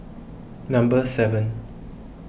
number seven